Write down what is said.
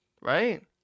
Right